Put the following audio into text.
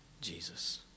Jesus